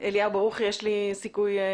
אליהו ברוכי, יש לי סיכוי?